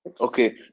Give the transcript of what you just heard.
Okay